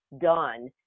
done